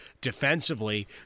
defensively